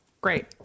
great